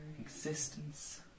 existence